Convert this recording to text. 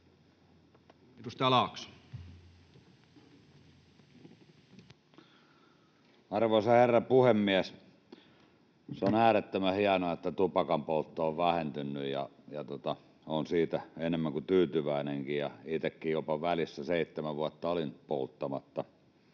Arvoisa herra puhemies! Se on äärettömän hienoa, että tupakanpoltto on vähentynyt, ja olen siitä enemmän kuin tyytyväinen. Itsekin välissä jopa seitsemän vuotta olin polttamatta,